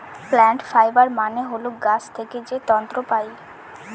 plant fibre মানে হল গাছ থেকে যে তন্তু পায়